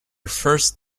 first